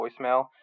voicemail